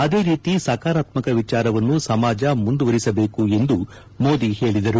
ಅದೇ ರೀತಿ ಸಕಾರಾತ್ಮಕ ವಿಚಾರವನ್ನು ಸಮಾಜ ಮುಂದುವರಿಸಬೇಕು ಎಂದು ಮೋದಿ ಹೇಳಿದರು